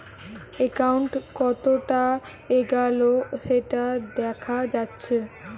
account কতোটা এগাল সেটা দেখা যাচ্ছে